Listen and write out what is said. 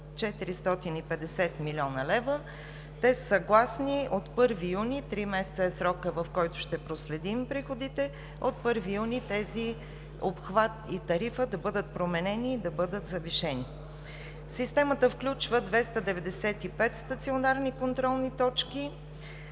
450 млн. лв., са съгласни от 1 юни – три месеца е срокът, в който ще проследим приходите – обхватът и тарифата да бъдат променени и да бъдат завишени. Системата включва 295 стационарни контролни точки,